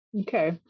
okay